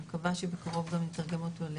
אני מקווה שבקרב גם יתרגמו אותו גם